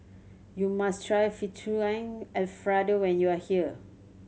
you must try Fettuccine Alfredo when you are here